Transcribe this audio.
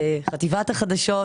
חטיבת החדשות,